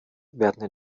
werden